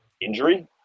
injury